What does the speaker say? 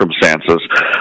Circumstances